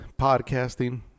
Podcasting